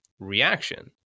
reaction